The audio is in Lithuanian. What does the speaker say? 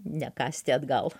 nekąsti atgal